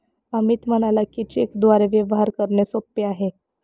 अमित म्हणाला की, चेकद्वारे व्यवहार करणे सोपे आहे